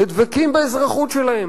ודבקים באזרחות שלהם.